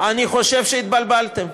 חושב שהתבלבלתם.